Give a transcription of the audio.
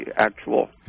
actual